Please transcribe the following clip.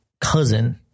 cousin